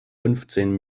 fünfzehn